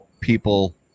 people